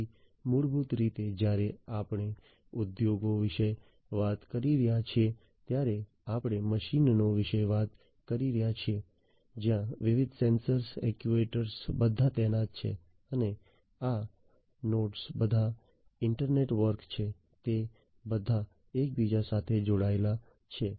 તેથી મૂળભૂત રીતે જ્યારે આપણે ઉદ્યોગો વિશે વાત કરી રહ્યા છીએ ત્યારે આપણે મશીનો વિશે વાત કરી રહ્યા છીએ જ્યાં વિવિધ સેન્સર એક્ટ્યુએટર્સ બધા તૈનાત છે અને આ નોડ્સ બધા ઇન્ટર નેટવર્ક છે તે બધા એકબીજા સાથે જોડાયેલા છે